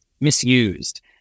misused